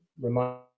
remind